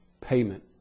payment